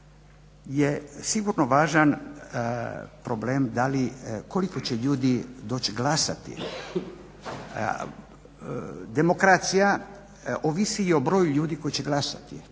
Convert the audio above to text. je sigurno važan problem koliko će ljudi doći glasati. Demokracija ovisi i o broju ljudi koji će glasati.